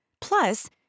Plus